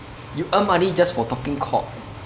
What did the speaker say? you earn money just for talking cock